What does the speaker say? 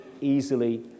easily